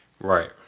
Right